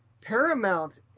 Paramount